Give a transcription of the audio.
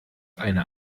eine